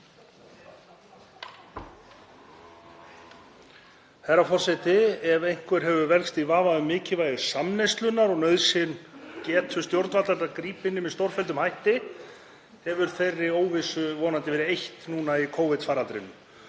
Herra forseti. Ef einhver hefur velkst í vafa um mikilvægi samneyslunnar og nauðsyn á getu stjórnvalda til að grípa inn í með stórfelldum hætti hefur þeirri óvissu vonandi verið eytt núna í Covid-faraldrinum.